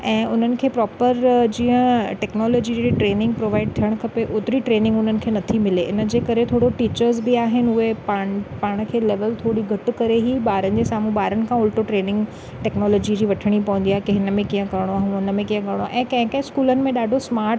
ऐं उन्हनि खे प्रोपर जीअं टैक्नॉलोजी जी ट्रेनिंग प्रोवाइड थियणु खपे ओतिरी ट्रेनिंग हुननि खे नथी मिले हिन जे करे थोरो टीचर्स बि आहिनि उहे पाण खे लैवल थोरी घटि करे ई ॿारनि जे साम्हूं ॿारनि खां उल्टो ट्रेनिंग टैक्नॉलोजी जी वठिणी पवंदी आहे की हिन में कीअं करिणो आहे हुन में कीअं करिणो आहे ऐं कंहिं कंहिं स्कूलनि में ॾाढो स्माट